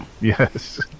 Yes